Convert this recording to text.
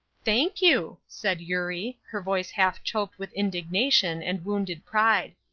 thank you, said eurie, her voice half choked with indignation and wounded pride.